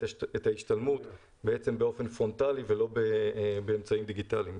ההשתלמות באופן פרונטלי ולא באמצעים דיגיטליים.